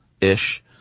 ish